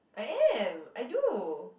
I am I do